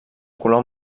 color